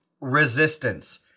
Resistance